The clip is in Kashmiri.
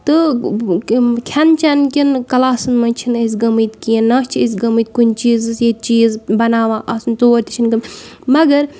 تہٕ کھٮ۪ن چین کٮ۪ن کلاسن منٛز چھِ نہٕ أسۍ گٔمٕتۍ کینٛہہ نہ چھِ أسۍ گٔمٕتۍ کُنہِ چیٖزس ییٚتہِ چیٖز بَناون آسن تور تہِ چھِ نہٕ گٔمٕتۍ مَگر